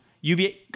UVA